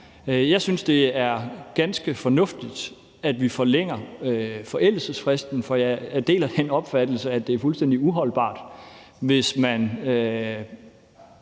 Jeg synes, det er ganske fornuftigt, at vi forlænger forældelsesfristen, for jeg deler den opfattelse, at det er fuldstændig uholdbart, hvis man